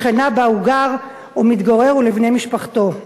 לשכונה שבה הוא מתגורר ולבני משפחתו.